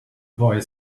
boy